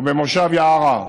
או במושב יערה,